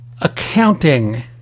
accounting